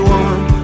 one